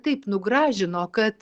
taip nugražino kad